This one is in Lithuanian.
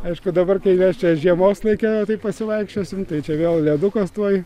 aišku dabar kai mes čia žiemos laike tai pasivaikščiosim tai čia vėl ledukas tuoj